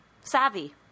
savvy